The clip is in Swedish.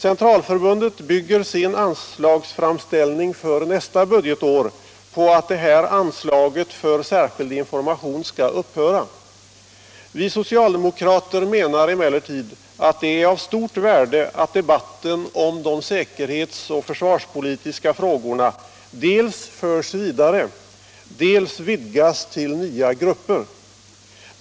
Centralförbundet bygger sin anslagsframställning för nästa budgetår på att det här anslaget för särskild information skall upphöra. Vi socialdemokrater menar emellertid att det är av stort värde att debatten om de säkerhets och försvarspolitiska frågorna dels förs vidare, dels vidgas till nya grupper.